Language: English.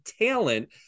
talent